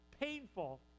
painful